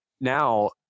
now